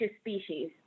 species